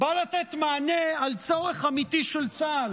בא לתת מענה לצורך אמיתי של צה"ל,